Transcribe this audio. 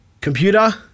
Computer